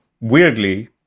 weirdly